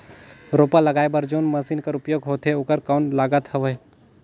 रोपा लगाय बर जोन मशीन कर उपयोग होथे ओकर कौन लागत हवय?